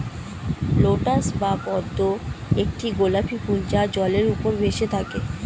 lotus বা পদ্ম একটি গোলাপী ফুল যা জলের উপর ভেসে থাকে